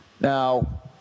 Now